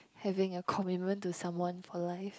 having a commitment to someone for life